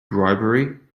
bribery